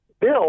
bill